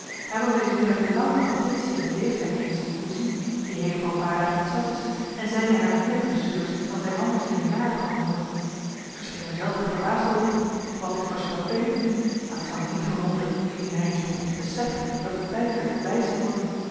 hij was dezen middag louter attentie en beleefdheid jegens zijn cousine die heden voor een paar dagen in de stad is en zeide haar meer douceurs dan zij anders in een jaar van hem hoort zij scheen er zelve verbaasd over wat dit voorspelt weet ik niet maar het zou mij niet verwonderen indien hij eens begon te beseffen dat het tijd werd wijs te worden